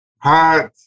Hot